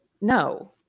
no